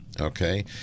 okay